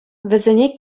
вӗсене